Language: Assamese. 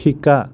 শিকা